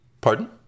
Pardon